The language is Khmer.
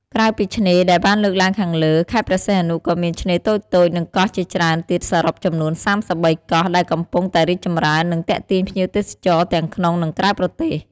ក្រៅពីឆ្នេរដែលបានលើកឡើងខាងលើ ខេត្តព្រះសីហនុក៏មានឆ្នេរតូចៗ និងកោះជាច្រើនទៀតសរុបចំនួន ៣៣ កោះដែលកំពុងតែរីកចម្រើន និងទាក់ទាញភ្ញៀវទេសចរទាំងក្នុងនិងក្រៅប្រទេស។